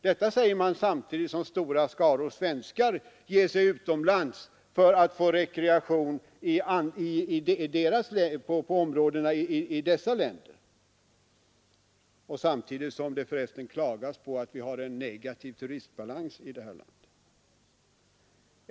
Detta säger man samtidigt som stora skaror svenskar reser utomlands för att få rekreation på områdena i dessa länder; samtidigt som det klagas på att vi har en negativ turistbalans i detta land.